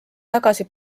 tagasi